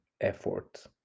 effort